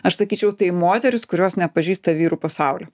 aš sakyčiau tai moterys kurios nepažįsta vyrų pasaulio